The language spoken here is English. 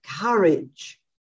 courage